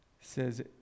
says